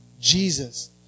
Jesus